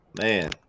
Man